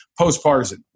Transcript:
postpartisan